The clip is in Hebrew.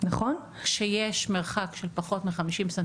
ארגון נכי שיתוק מוחין,